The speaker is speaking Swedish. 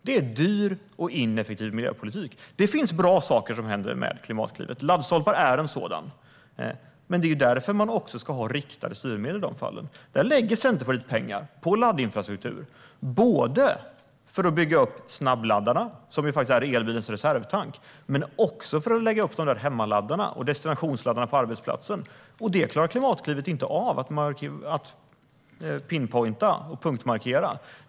Det är dyr och ineffektiv miljöpolitik. Det händer bra saker i och med Klimatklivet. Laddstolpar är en sådan sak. Det är därför man ska ha riktade styrmedel i de fallen. Centerpartiet lägger pengar på laddinfrastruktur, för att bygga upp snabbladdarna som är elbilens reservtank, men också för att lägga upp hemmaladdarna och destinationsladdarna på arbetsplatsen. Det klarar Klimatklivet inte av att punktmarkera.